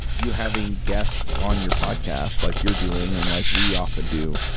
you having guests on your podcast, like you're doing and like we often do.